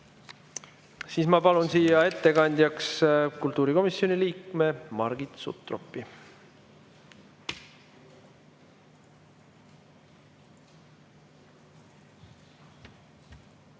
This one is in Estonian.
ole. Ma palun ettekandjaks kultuurikomisjoni liikme Margit Sutropi.